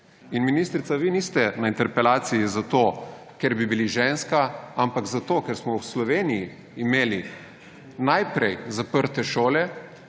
In, ministrica, vi niste na interpelaciji zato, ker bi bili ženska, ampak zato, ker smo v Sloveniji imeli najprej zaprte šole